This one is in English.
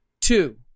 Two